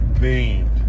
beamed